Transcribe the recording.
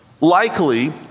Likely